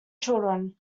children